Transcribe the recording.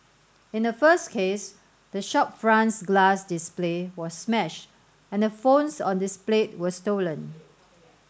in the first case the shop front's glass display was smashed and the phones on displayed were stolen